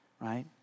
right